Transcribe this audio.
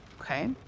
Okay